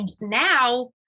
now